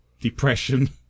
depression